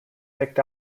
picked